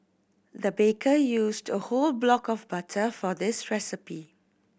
the baker used a whole block of butter for this recipe